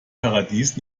paradies